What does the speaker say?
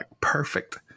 perfect